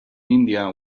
india